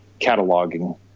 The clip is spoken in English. cataloging